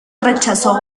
rechazó